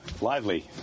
Lively